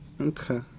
Okay